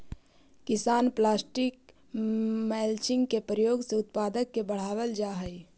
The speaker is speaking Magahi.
किसान प्लास्टिक मल्चिंग के प्रयोग से उत्पादक के बढ़ावल जा हई